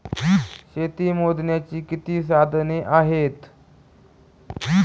शेती मोजण्याची किती साधने आहेत?